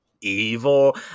evil